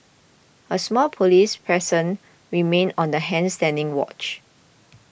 a small police presence remained on the hand standing watch